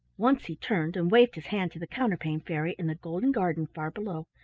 once he turned and waved his hand to the counterpane fairy in the golden garden far below.